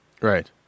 Right